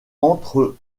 entre